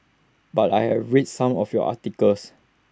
but I have read some of your articles